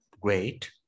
great